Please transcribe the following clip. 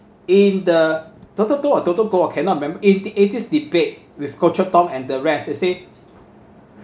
in the doctor Toh or doctor Goh ah cannot remember in the eighties debate with Goh Chok Tong and the rest he say